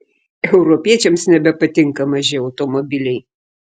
europiečiams nebepatinka maži automobiliai